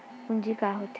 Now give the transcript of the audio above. पूंजी का होथे?